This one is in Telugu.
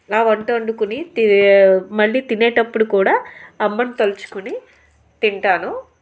నా వంట వండుకొని తినే మళ్ళీ తినేటప్పుడు కూడా అమ్మను తలుచుకుని తింటాను